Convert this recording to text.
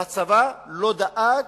והצבא לא דאג,